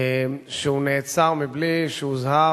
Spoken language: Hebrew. ושהוא נעצר בלי שהוזהר,